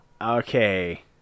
Okay